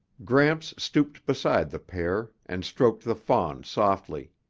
gramps stooped beside the pair and stroked the fawn softly.